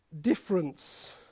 Difference